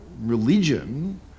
religion